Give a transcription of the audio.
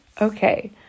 Okay